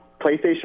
PlayStation